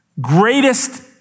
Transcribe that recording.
greatest